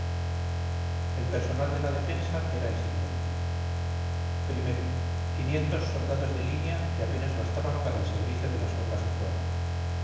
el personal de la defensa era el siguiente o quinientos soldados de línea que apenas bastaban para el servicio de las bocas de fuego